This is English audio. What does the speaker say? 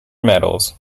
medals